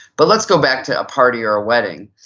but let's go back to a party or a wedding.